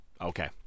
Okay